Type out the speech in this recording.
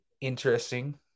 interesting